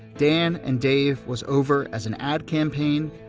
dan and dave was over as an ad campaign,